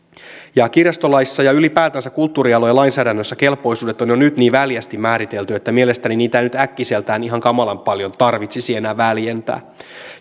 kirjastolaissa ja ylipäätänsä kulttuurialojen lainsäädännössä kelpoisuudet on jo nyt niin väljästi määritelty että mielestäni niitä ei nyt äkkiseltään ihan kamalan paljon tarvitsisi enää väljentää